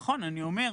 נכון, אני אומר,